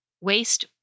Waste